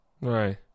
Right